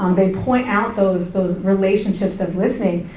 um they point out those those relationships of listening.